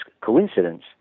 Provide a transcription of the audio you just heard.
coincidence